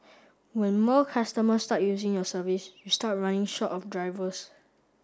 when more customers start using the service you start running short of drivers